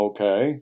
Okay